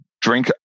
drink